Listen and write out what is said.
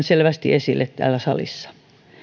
selvästi esille täällä salissa